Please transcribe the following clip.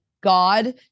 God